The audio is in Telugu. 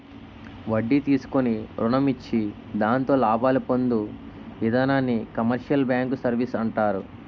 వడ్డీ తీసుకుని రుణం ఇచ్చి దాంతో లాభాలు పొందు ఇధానాన్ని కమర్షియల్ బ్యాంకు సర్వీసు అంటారు